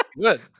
good